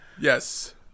Yes